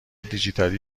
دیجیتالی